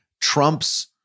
Trump's